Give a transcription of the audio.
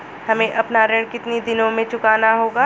हमें अपना ऋण कितनी दिनों में चुकाना होगा?